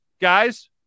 guys